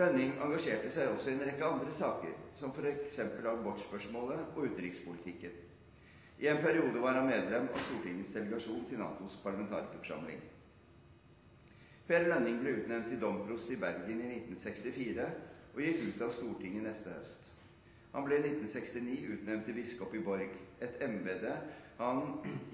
Lønning engasjerte seg også i en rekke andre saker, som f.eks. abortspørsmålet og utenrikspolitikken. I en periode var han medlem av Stortingets delegasjon til NATOs parlamentarikerforsamling. Per Lønning ble utnevnt til domprost i Bergen i 1964 og gikk ut av Stortinget neste høst. Han ble i 1969 utnevnt til biskop i Borg, et embete han